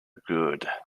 good